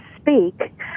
speak